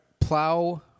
plow